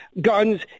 guns